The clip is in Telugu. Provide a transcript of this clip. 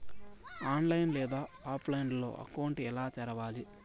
ఆన్లైన్ లేదా ఆఫ్లైన్లో అకౌంట్ ఎలా తెరవాలి